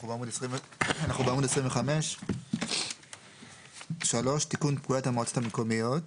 אנחנו בעמוד 25. 3. תיקון פקודת המועצות המקומיות.